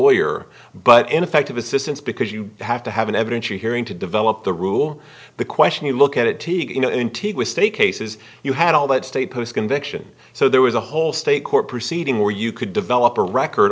sure but ineffective assistance because you have to have an evidentiary hearing to develop the rule the question you look at it you know intake was state cases you had all that state post conviction so there was a whole state court proceeding where you could develop a record